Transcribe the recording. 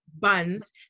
buns